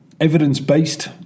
evidence-based